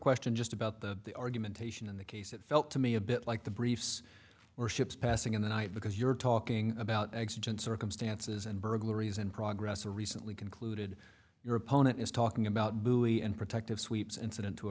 question just about the argumentation in that case it felt to me a bit like the briefs or ships passing in the night because you're talking about accident circumstances and burglaries in progress or recently concluded your opponent is talking about buoy and protective sweeps incident to